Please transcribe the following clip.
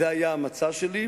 זה היה המצע שלי,